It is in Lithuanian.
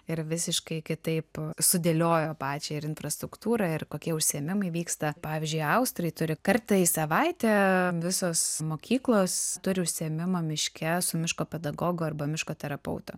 ir visiškai kitaip sudėliojo pačią ir infrastruktūrą ir kokie užsiėmimai vyksta pavyzdžiui austrai turi kartą į savaitę visos mokyklos turi užsiėmimą miške su miško pedagogu arba miško terapeutu